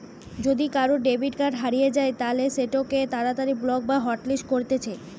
যদি কারুর debit card হারিয়ে যায় তালে সেটোকে তাড়াতাড়ি ব্লক বা হটলিস্ট করতিছে